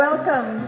Welcome